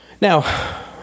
Now